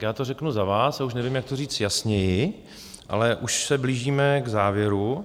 Já to řeknu za vás, už nevím, jak to říct jasněji, ale už se blížíme k závěru.